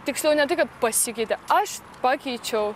tiksliau ne tai kad pasikeitė aš pakeičiau